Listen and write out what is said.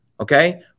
okay